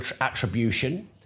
attribution